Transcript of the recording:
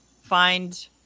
find